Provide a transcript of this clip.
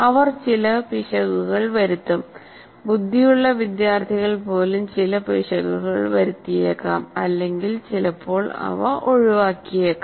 അവർ ചില പിശകുകൾ വരുത്തും ബുദ്ധിയുള്ള വിദ്യാർത്ഥികൾ പോലും ചില പിശകുകൾ വരുത്തിയേക്കാം അല്ലെങ്കിൽ ചിലപ്പോൾ അവ ഒഴിവാക്കിയേക്കാം